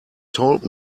told